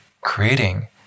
creating